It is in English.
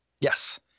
Yes